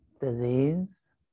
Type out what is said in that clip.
disease